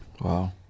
Wow